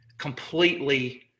completely